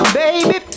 baby